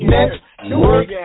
Network